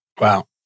Wow